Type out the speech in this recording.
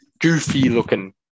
Goofy-looking